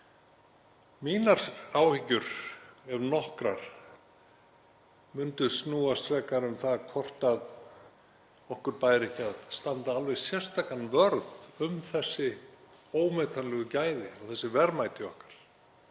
Mínar áhyggjur ef nokkrar myndu snúast frekar um það hvort okkur bæri ekki að standa alveg sérstakan vörð um þessi ómetanlegu gæði og þessi verðmæti okkar,